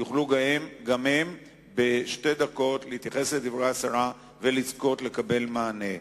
יוכלו גם הם להתייחס לדברי השרה בשתי דקות ולזכות לקבל מענה.